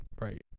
Right